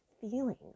feeling